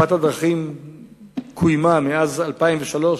היא קוימה מאז 2003,